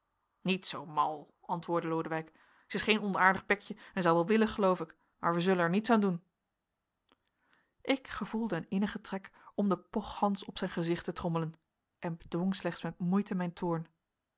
niet zoo mal antwoordde lodewijk zij is geen onaardig bekje en zou wel willen geloof ik maar wij zullen er niet aan doen ik gevoelde een innigen trek om den pochhans op zijn gezicht te trommelen en bedwong slechts met moeite mijn toorn